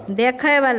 देखयवला